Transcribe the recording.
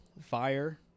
Fire